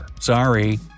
sorry